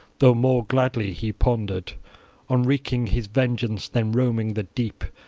though more gladly he pondered on wreaking his vengeance than roaming the deep,